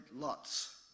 lots